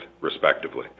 respectively